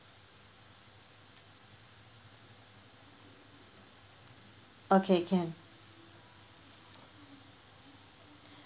okay can